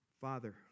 Father